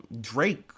Drake